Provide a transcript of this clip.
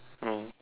ya lor